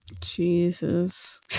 Jesus